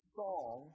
song